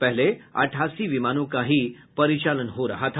पहले अठासी विमानों का ही परिचालन हो रहा था